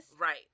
Right